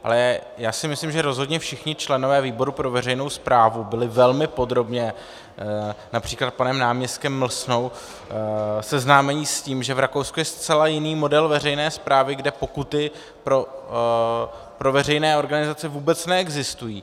Ale já si myslím, že rozhodně všichni členové výboru pro veřejnou správu byli velmi podrobně, například panem náměstkem Mlsnou, seznámeni s tím, že v Rakousku je zcela jiný model veřejné správy, kde pokuty pro veřejné organizace vůbec neexistují.